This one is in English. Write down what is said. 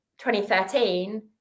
2013